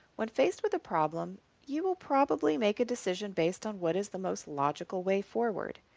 when faced with a problem, you will probably make a decision based on what is the most logical way forward.